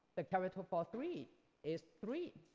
the character for three is three.